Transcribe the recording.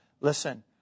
listen